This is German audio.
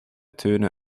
töne